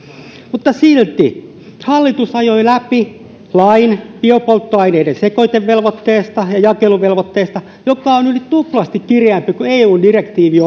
mutta silti hallitus ajoi läpi lain biopolttoaineiden sekoitevelvoitteesta ja jakeluvelvoitteesta joka on yli tuplasti kireämpi kuin eu direktiivi